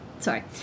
sorry